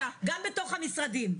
גם בתוך המשרדים.